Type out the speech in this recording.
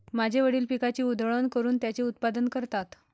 माझे वडील पिकाची उधळण करून त्याचे उत्पादन करतात